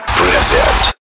present